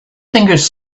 fingers